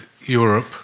Europe